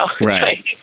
Right